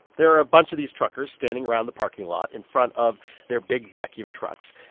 there are a bunch of these truckers standing around the parking lot in front of their big vacuum trucks.